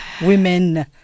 women